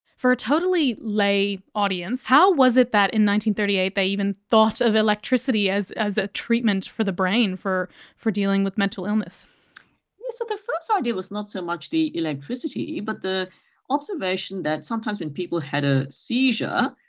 for a totally lay audience, how was it that in one thirty eight they even thought of electricity as as a treatment for the brain for for dealing with mental illness? so the first idea was not so much the electricity but the observation that sometimes when people had a seizure,